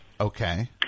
Okay